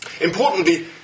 Importantly